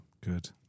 good